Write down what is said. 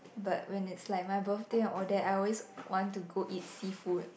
but when it's like my birthday and all that I always want to go eat seafood